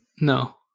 No